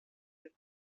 have